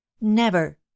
Never